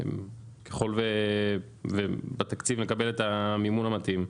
ככל שבתקציב נקבל את המימון המתאים,